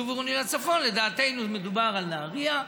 ביישוב עירוני לצפון מדובר על נהריה,